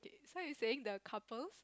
so you saying the couples